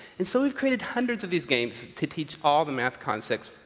and so, we created hundreds of these games to teach all the math concepts,